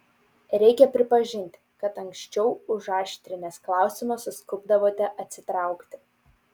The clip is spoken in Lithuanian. reikia pripažinti kad anksčiau užaštrinęs klausimą suskubdavote atsitraukti